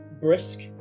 brisk